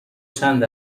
چند